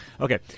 Okay